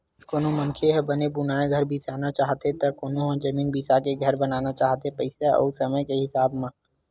कोनो मनखे ह बने बुनाए घर बिसाना चाहथे त कोनो ह जमीन बिसाके घर बनाना चाहथे पइसा अउ समे के राहब म